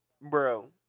Bro